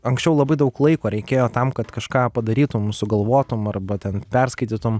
anksčiau labai daug laiko reikėjo tam kad kažką padarytum sugalvotum arba ten perskaitytum